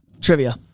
Trivia